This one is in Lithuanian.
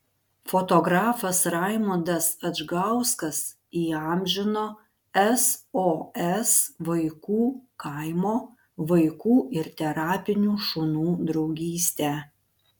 fotografas raimundas adžgauskas įamžino sos vaikų kaimo vaikų ir terapinių šunų draugystę